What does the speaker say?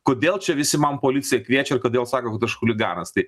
kodėl čia visi man policiją kviečia ir kodėl sako kad aš chuliganas tai